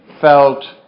felt